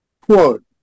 quote